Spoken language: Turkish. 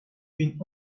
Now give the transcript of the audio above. bin